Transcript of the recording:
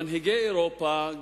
מנהיגי אירופה,